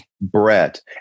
Brett